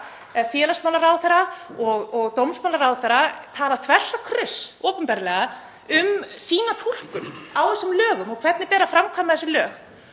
félagsmálaráðherra og dómsmálaráðherra, tala þvers og kruss opinberlega um sína túlkun á þessum lögum og hvernig beri að framkvæma þessi lög.